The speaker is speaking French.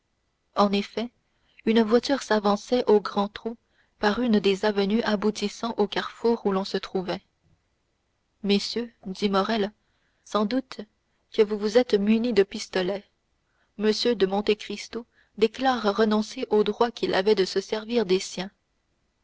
en effet une voiture s'avançait au grand trot par une des avenues aboutissant au carrefour où l'on se trouvait messieurs dit morrel sans doute que vous vous êtes munis de pistolets m de monte cristo déclare renoncer au droit qu'il avait de se servir des siens